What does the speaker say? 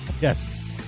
Yes